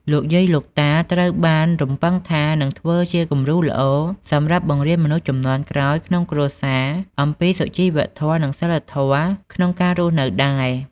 លោកយាយ លោកតាត្រូវបានរំពឹងថានឹងធ្វើជាគំរូល្អ សម្រាប់បង្រៀនមនុស្សជំនាន់ក្រោយក្នុងគ្រួសារអំពីសុជីវធម៌ និងសីលធម៌ក្នុងការរស់នៅដែរ។